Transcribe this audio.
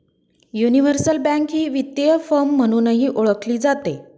universal bank ही वित्तीय firm म्हणूनही ओळखली जाते